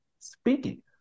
Speaking